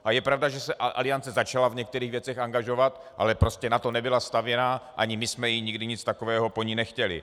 A je pravda, že se Aliance začala v některých věcech angažovat, ale prostě na to nebyla stavěna, ani my jsme nikdy nic takového po ní nechtěli.